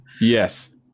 yes